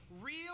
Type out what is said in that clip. real